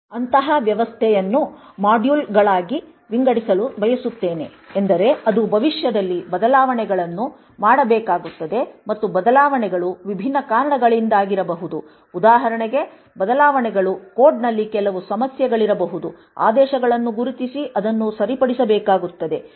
ಅಂತಹ ವ್ಯವಸ್ಥೆಯನ್ನು ಮಾಡ್ಯೂಲ್ಗಳಾಗಿ ವಿಂಗಡಿಸಲು ಬಯಸುತ್ತೇನೆ ಎಂದರೆ ಅದು ಭವಿಷ್ಯದಲ್ಲಿ ಬದಲಾವಣೆಗಳನ್ನು ಮಾಡಬೇಕಾಗುತ್ತದೆ ಮತ್ತು ಬದಲಾವಣೆಗಳು ವಿಭಿನ್ನ ಕಾರಣಗಳಿಂದಾಗಿರಬಹುದು ಉದಾಹರಣೆಗೆ ಬದಲಾವಣೆಗಳು ಕೋಡ್ನಲ್ಲಿ ಕೆಲವು ಸಮಸ್ಯೆಗಳಿರಬಹುದು ಆದೇಶಗಳನ್ನು ಗುರುತಿಸಿ ಅದನ್ನು ಸರಿಪಡಿಸಬೇಕಾಗುತ್ತದೆ